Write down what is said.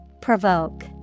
Provoke